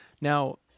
Now